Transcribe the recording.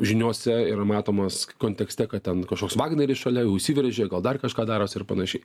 žiniose yra matomas kontekste kad ten kažkoks vagneris šalia įsiveržė gal dar kažką daro ir panašiai